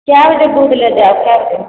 कै बजे दूध लै जाइ छै